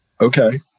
okay